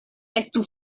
estu